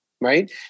Right